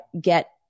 get